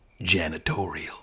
Janitorial